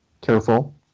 Careful